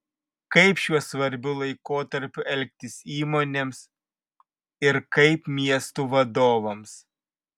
kaip šiuo svarbiu laikotarpiu elgtis įmonėms ir kaip miestų vadovams